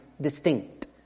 distinct